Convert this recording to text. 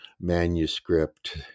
manuscript